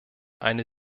eine